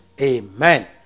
Amen